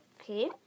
Okay